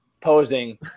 posing